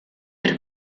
per